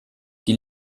die